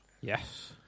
Yes